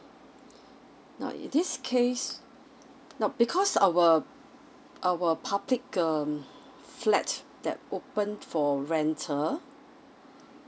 now in this case now because our our public um flat that opened for rental